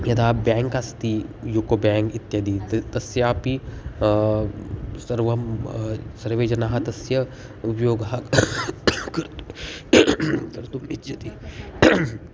यदा ब्याङ्क् अस्ति युको ब्याङ्क् इत्यदि तत् तस्यापि सर्वं सर्वे जनाः तस्य उपयोगः कृत् कर्तुम् इच्छति